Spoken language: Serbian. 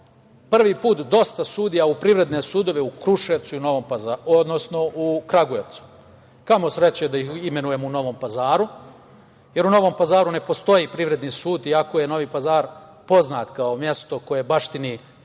prvi put dosta sudija u privredne sudove u Kruševcu i Kragujevcu. Kamo sreće da ih imenujemo u Novom Pazaru, jer u Novom Pazaru ne postoji privredni sud, iako je Novi Pazar poznat kao mesto koje baštini mikro